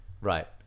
Right